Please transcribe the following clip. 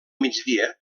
migdia